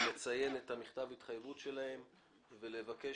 לציין את מכתב ההתחייבות שלהן ולבקש